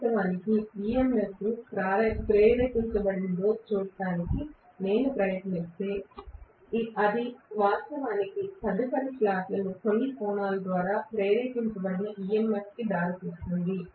వాస్తవానికి EMF ఎంత ప్రేరేపించబడిందో చూడటానికి నేను ప్రయత్నిస్తే అది వాస్తవానికి తదుపరి స్లాట్లో కొన్ని కోణాల ద్వారా ప్రేరేపించబడిన EMF కి దారితీస్తుంది